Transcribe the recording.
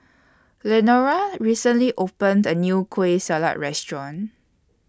Lenora recently opened A New Kueh Salat Restaurant